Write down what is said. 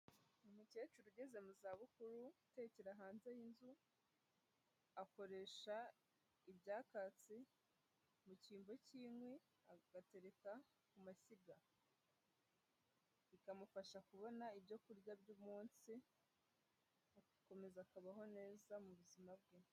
Umukecuru ugeze mu zabukuru, utekera hanze y'inzu, akoresha ibyakatsi mu cyimbo cy'inkwi, agatereka ku mashyiga. Bikamufasha kubona ibyo kurya by'umunsi, agakomeza akabaho neza muzima bwe.